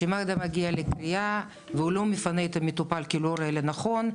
כשמד"א מגיע לקריאה והוא לא מפנה את המטופל כי הוא לא רואה לנכון,